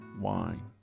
wine